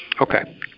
Okay